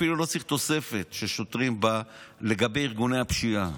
אפילו לא צריך תוספת של שוטרים לגבי ארגוני הפשיעה.